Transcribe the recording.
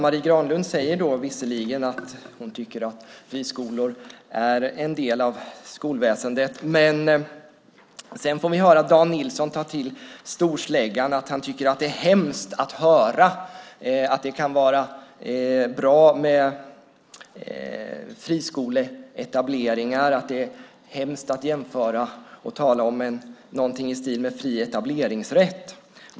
Marie Granlund säger visserligen att hon tycker att friskolor är en del av skolväsendet, men sedan får vi höra Dan Nilsson ta till storsläggan. Han tycker att det är hemskt att höra att det kan vara bra med friskoleetableringar, att det är hemskt att göra jämförelser och tala om någonting i stil med fri etableringsrätt.